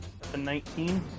19